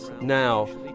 Now